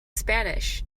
spanish